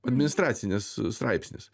administracinis straipsnis